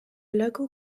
local